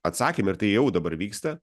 atsakymą ir tai jau dabar vyksta